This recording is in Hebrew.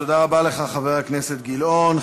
תודה רבה לך, חבר הכנסת גילאון.